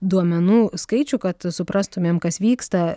duomenų skaičių kad suprastumėm kas vyksta